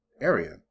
area